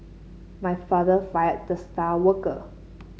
my father fired the star worker